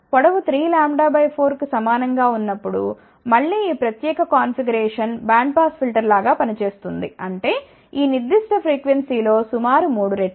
పొడవు 3 λ 4 కు సమానం గా ఉన్నప్పుడు మళ్ళీ ఈ ప్రత్యేక కాన్ఫిగరేషన్ బ్యాండ్ పాస్ ఫిల్టర్ లాగా పని చేస్తుంది అంటే ఈ నిర్దిష్ట ఫ్రీక్వెన్సీ లో సుమారు మూడు రెట్లు